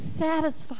satisfied